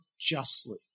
justly